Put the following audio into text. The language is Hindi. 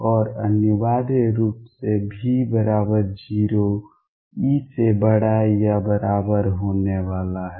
और अनिवार्य रूप से V0 E से बड़ा या बराबर होने वाला है